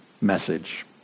message